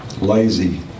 lazy